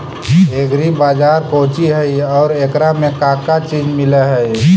Agri बाजार कोची हई और एकरा में का का चीज मिलै हई?